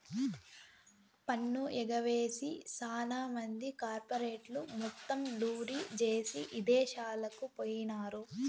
పన్ను ఎగవేసి సాన మంది కార్పెరేట్లు మొత్తం లూరీ జేసీ ఇదేశాలకు పోయినారు